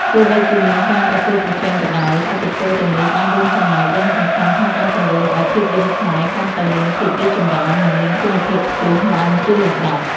ទោះបីជាមានការប្រកួតប្រជែងក៏ដោយ ឥទ្ធិពលទាំងនេះបានរួមចំណែកយ៉ាងសំខាន់ក្នុងការជំរុញឱ្យភាពយន្តខ្មែរកាន់តែមានភាពរីកចម្រើន និងមានគុណភាពខ្ពស់ឡើងជាលំដាប់។